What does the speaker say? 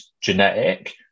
genetic